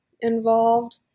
involved